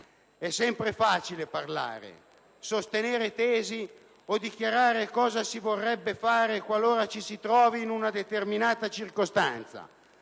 È sempre facile parlare, sostenere tesi o dichiarare cosa si vorrebbe fare qualora ci si trovasse in una determinata circostanza,